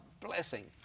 blessing